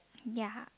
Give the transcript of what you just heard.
ya